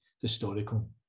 historical